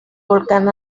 volcán